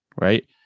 Right